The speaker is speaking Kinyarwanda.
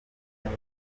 baje